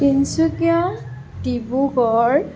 Tinsukia Dibrugarh